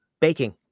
Baking